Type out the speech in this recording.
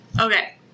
Okay